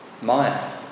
Maya